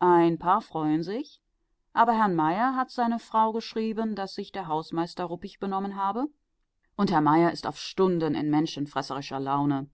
ein paar freuen sich aber herrn mayer hat seine frau geschrieben daß sich der hausmeister ruppig benommen habe und herr mayer ist auf stunden in menschenfresserischer laune